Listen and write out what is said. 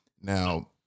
Now